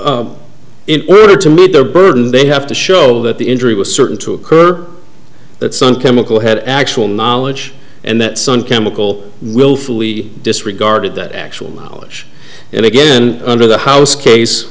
in order to meet their burden they have to show that the injury was certain to occur that some chemical had actual in knowledge and that some chemical willfully disregarded that actual knowledge and again under the house case